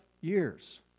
years